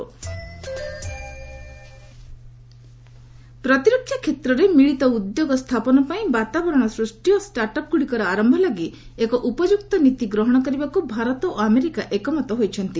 India US defence ପ୍ରତିରକ୍ଷା କ୍ଷେତ୍ରରେ ମିଳିତ ଉଦ୍ୟୋଗ ସ୍ଥାପନ ପାଇଁ ବାତାବରଣ ସୃଷ୍ଟି ଓ ଷ୍ଟାଟ୍ଅପ୍ଗୁଡ଼ିକର ଆରମ୍ଭ ଲାଗି ଏକ ଉପଯୁକ୍ତ ନୀତି ଗ୍ରହଣ କରିବାକୁ ଭାରତ ଓ ଆମେରିକା ଏକମତ ହୋଇଛନ୍ତି